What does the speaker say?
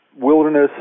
wilderness